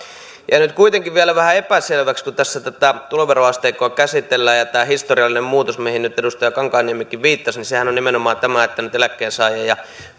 jää nyt kuitenkin vielä vähän epäselväksi kun tässä tätä tuloveroasteikkoa käsitellään tämä historiallinen muutoshan mihin nyt edustaja kankaanniemikin viittasi on nimenomaan tämä että nyt eläkkeensaajien ja